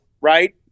right